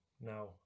now